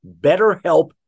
BetterHelp